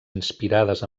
inspirades